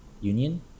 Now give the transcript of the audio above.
union